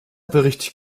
bericht